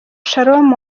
sharon